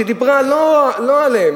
שדיברו לא עליהם,